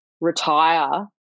retire